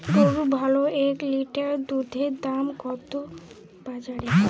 গরুর ভালো এক লিটার দুধের দাম কত বাজারে?